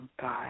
God